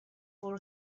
for